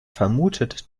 vermutet